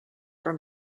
from